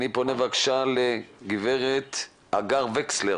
אני פונה לגברת הגר וקסלר